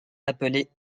appelées